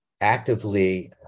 actively